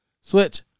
Switch